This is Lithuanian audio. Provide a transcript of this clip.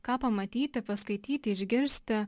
ką pamatyti paskaityti išgirsti